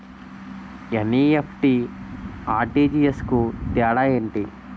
NEFT, RTGS కు తేడా ఏంటి?